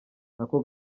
nako